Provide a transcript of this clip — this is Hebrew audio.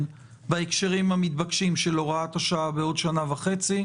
בהקשרים המתבקשים של הוראת השעה בעוד שנה וחצי,